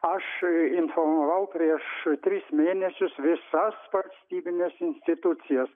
aš informavau prieš tris mėnesius visos valstybines institucijas